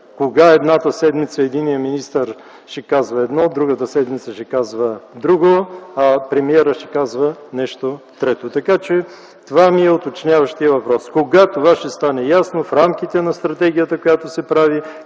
Докога една седмица единият министър ще казва едно, другата седмица ще казва друго, а премиерът ще казва нещо трето? Това е уточняващият ми въпрос: кога това ще стане ясно в рамките на стратегията, която се прави?